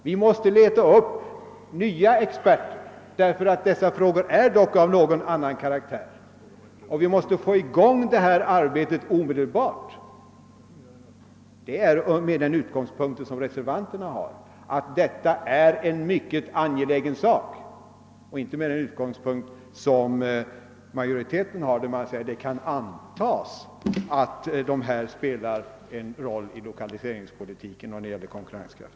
Vi måste skaffa nya experter, och det är inte omotiverat eftersom dessa frågor har en något annan karaktär, och vi måste omedelbart få i gång denna utredning. Det är med den utgångspunkt som reservanterna anför att detta är en mycket angelägen fråga, inte med utskottsmajoritetens utgångspunkt, som innebär att det kan »antas» att dessa transporter spelar en roll inom lokaliseringspolitiken och för Norrlands konkurrenskraft.